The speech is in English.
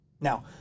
Now